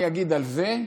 אני אגיד על זה: